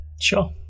Sure